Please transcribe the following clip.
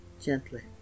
gently